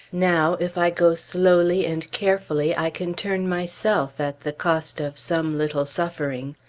now, if i go slowly and carefully, i can turn myself at the cost of some little suffering.